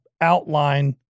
outline